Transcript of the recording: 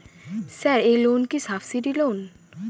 Sir এই loan কি subsidy loan?